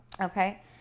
Okay